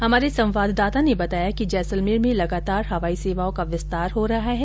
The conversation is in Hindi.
हमारे संवाददाता ने बताया कि जैसलमेर में लगातार हवाई सेवाओं का विस्तार हो रहा है